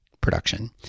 production